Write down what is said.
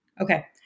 Okay